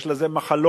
יש לזה מחלות,